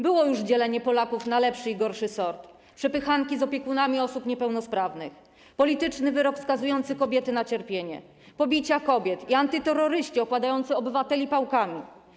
Było już dzielenie Polaków na lepszy i gorszy sort, przepychanki z opiekunami osób niepełnosprawnych, polityczny wyrok skazujący kobiety na cierpienie, pobicia kobiet i antyterroryści okładający obywateli pałkami.